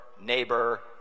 neighbor